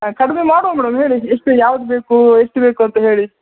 ಕಡಿಮೆ ಮಾಡುವ ಮೇಡಮ್ ಹೇಳಿ ಎಷ್ಟು ಯಾವ್ದು ಬೇಕು ಎಷ್ಟು ಬೇಕು ಅಂತ ಹೇಳಿ